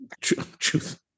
truth